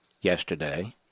Yesterday